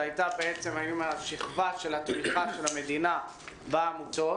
זו הייתה השכבה של התמיכה של המדינה בעמותות.